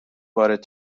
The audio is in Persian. وارد